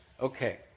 Okay